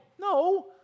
No